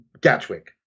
Gatwick